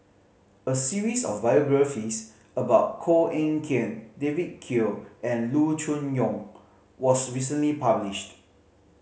a series of biographies about Koh Eng Kian David Kwo and Loo Choon Yong was recently published